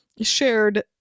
shared